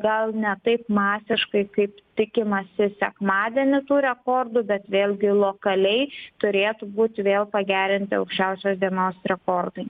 gal ne taip masiškai kaip tikimasi sekmadienį tų rekordų bet vėlgi lokaliai turėtų būti vėl pagerinti aukščiausios dienos rekordai